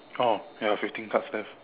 oh ya fifteen cards left